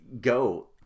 go